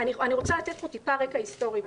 אני רוצה לתת רקע היסטורי: